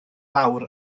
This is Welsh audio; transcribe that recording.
lawr